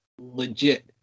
legit